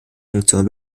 funktion